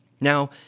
Now